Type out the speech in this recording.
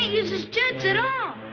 his jets at all.